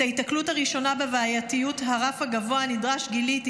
את ההיתקלות הראשונה בבעייתיות הרף הגבוה הנדרש גיליתי